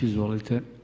Izvolite.